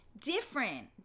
different